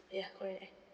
ya correct